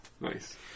Nice